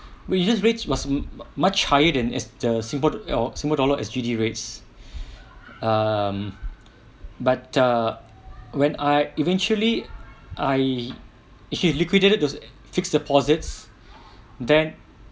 which ju~ rate must much higher than is the singapore or singapore dollar S_G_D rates um but uh when I eventually I actually liquidated the fixed deposits then